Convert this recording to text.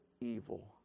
evil